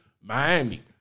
Miami